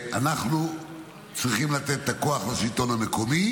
אנחנו צריכים לתת את הכוח לשלטון המקומי,